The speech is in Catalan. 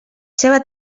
seva